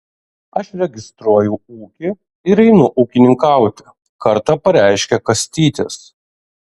aš registruoju ūkį ir einu ūkininkauti kartą pareiškė kastytis